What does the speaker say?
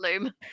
loom